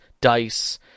dice